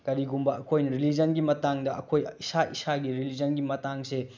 ꯀꯔꯤꯒꯨꯝꯕ ꯑꯩꯈꯣꯏ ꯔꯤꯂꯤꯖꯟꯒꯤ ꯃꯇꯥꯡꯗ ꯑꯩꯈꯣꯏ ꯏꯁꯥ ꯏꯁꯥꯒꯤ ꯔꯤꯂꯤꯖꯟꯒꯤ ꯃꯇꯥꯡꯁꯦ